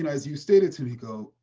and as you stated, tomiko,